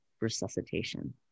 resuscitation